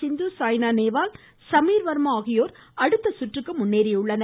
சிந்து சாய்னா நேவால் சமீர் வர்மா ஆகியோர் அடுத்த சுற்றுக்கு முன்னேறியுள்ளனர்